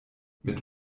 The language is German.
mit